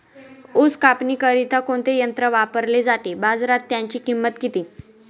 ऊस कापणीकरिता कोणते यंत्र वापरले जाते? बाजारात त्याची किंमत किती?